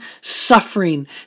suffering